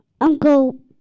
Uncle